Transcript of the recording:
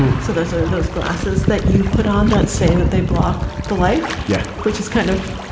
so those are those glasses that you put on that say that they block the light. yeah. which is kind of